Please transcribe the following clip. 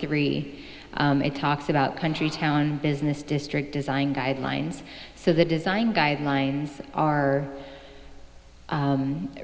three it talks about country town business district design guidelines so the design guidelines are